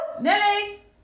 Nelly